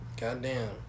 Goddamn